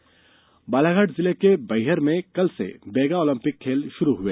Baiga Olympic Balaghat जिले के बैहर में कल से बैगा ओलंपिक खेल शुरू हुए